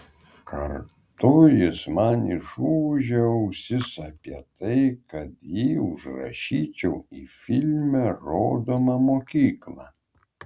kartu jis man išūžė ausis apie tai kad jį užrašyčiau į filme rodomą mokyklą